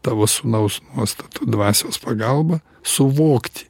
tavo sūnaus nuostatų dvasios pagalba suvokti